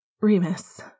Remus